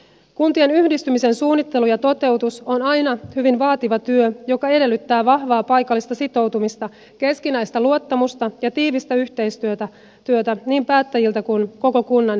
kuntien yhdistymisen suunnittelu ja toteutus on aina hyvin vaativa työ joka edellyttää vahvaa paikallista sitoutumista keskinäistä luottamusta ja tiivistä yhteistyötä niin päättäjiltä kuin koko kunnan henkilöstöltä